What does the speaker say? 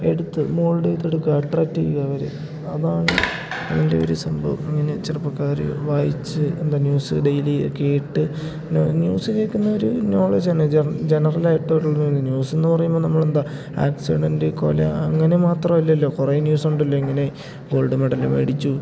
എടുത്ത് മോൾഡേയ്ത്തെടുക്കുക അട്രാക്റ്റ് ചെയ്യിക്കുക അവർ അതാണ് ഇതിൻ്റെ ഒരു സംഭവം ഇങ്ങനെ ചെറുപ്പക്കാർ വായിച്ച് എന്താ ന്യൂസ് ഡെയിലി കേട്ട് ന ന്യൂസ് കേൾക്കുന്നൊരു നോളേജ് തന്നെ ജർ ജനറലായിട്ടുള്ള ന്യൂസെന്നു പറയുമ്പോൾ നമ്മളെന്താ ആക്സിഡൻറ്റ് കൊല അങ്ങനെ മാത്രമല്ലല്ലോ കുറേ ന്യൂസുണ്ടല്ലോ ഇങ്ങനെ ഗോൾഡ് മെഡൽ മേടിച്ചു